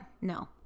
No